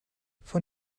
von